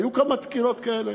היו כמה דקירות כאלה.